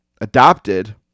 adopted